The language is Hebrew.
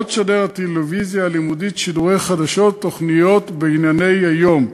לא תשדר הטלוויזיה הלימודית שידורי חדשות ותוכניות בענייני היום.